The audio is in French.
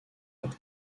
leur